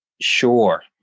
sure